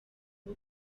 uwo